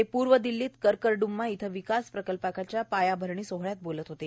ते आज पूर्व दिल्लीत करकरड्रमा इथं विकास प्रकल्पाच्या पायाभरणी सोहळ्यात बोलत होते